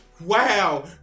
Wow